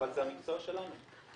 אבל זה המקצוע שלנו.